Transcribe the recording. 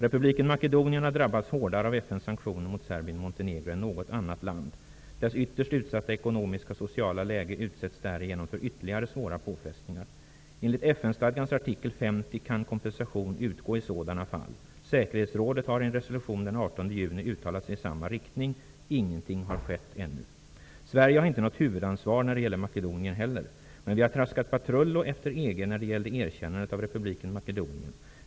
Republiken Makedonien har drabbats hårdare av FN:s sanktioner mot Serbien-Montenegro än något annat land. Dess ytterst utsatta ekonomiska och sociala läge utsätts därigenom för ytterligare svåra påfrestningar. Enligt FN-stadgans artikel 50 kan kompensation utgå i sådana fall. Säkerhetsrådet har i en resolution den 18 juni uttalat sig i samma riktning. Ingenting har skett ännu. Sverige har inte heller när det gäller Makedonien något huvudansvar. Men vi har traskat patrull efter EG när det gällde erkännande av republiken Makedonien.